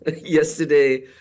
yesterday